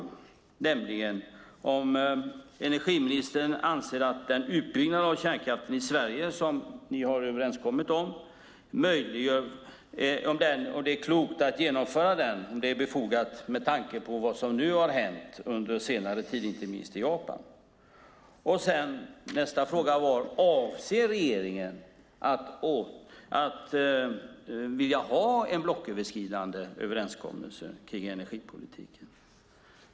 Första frågan var om energiministern anser att det är klokt - om det är befogat med tanke på vad som hänt under senare tid, inte minst i Japan - att genomföra den utbyggnad av kärnkraften i Sverige som ni har kommit överens om. Nästa fråga var om regeringen avser att och vill ha en blocköverskridande överenskommelse om energipolitiken.